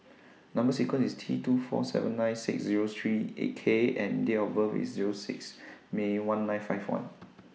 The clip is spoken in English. Number sequence IS T two four seven nine six Zero three K and Date of birth IS Zero six May one nine five one